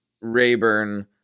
Rayburn